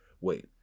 Wait